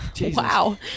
wow